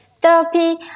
therapy